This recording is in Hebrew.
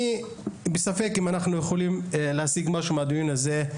אני בספק אם אנחנו יכולים להשיג משהו מהדיון הזה,